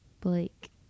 blake